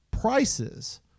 prices